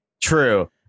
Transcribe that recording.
True